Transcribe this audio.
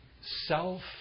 Self